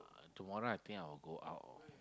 tomorrow I think I will go out